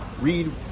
read